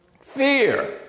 Fear